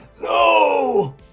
No